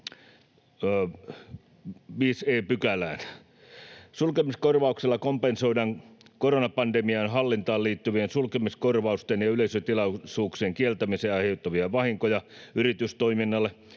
5 e §:ää. Sulkemiskorvauksella kompensoidaan koronapandemian hallintaan liittyvien sulkemiskorvausten ja yleisötilaisuuksien kieltämisen aiheuttamia vahinkoja yritystoiminnalle.